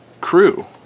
crew